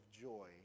joy